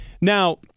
Now